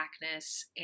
Blackness